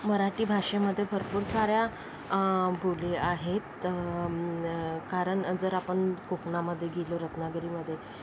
मराठी भाषेमध्ये भरपूर साऱ्या बोली आहेत कारण जर आपण कोकणामध्ये गेलो रत्नागिरीमध्ये